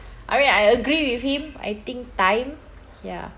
I mean I agree with him I think time ya